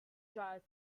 dryer